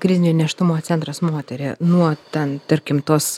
krizinio nėštumo centras moterį nuo ten tarkim tos